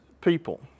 people